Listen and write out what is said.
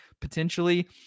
potentially